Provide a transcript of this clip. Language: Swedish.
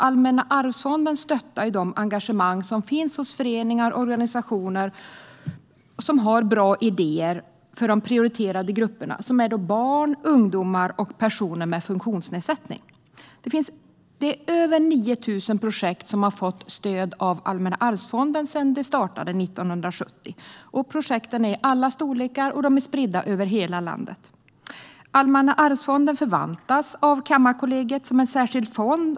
Allmänna arvsfonden stöttar de engagemang som finns hos föreningar och organisationer som har bra idéer för de prioriterade grupperna: barn, ungdomar och personer med funktionsnedsättning. Det är över 9 000 projekt som har fått stöd av Allmänna arvsfonden sedan 1970. Projekten är i alla storlekar, och de är spridda över hela landet. Allmänna arvsfonden förvaltas av Kammarkollegiet som en särskild fond.